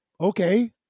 okay